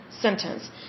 sentence